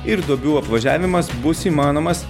ir duobių apvažiavimas bus įmanomas